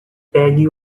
pegue